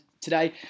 today